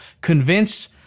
convince—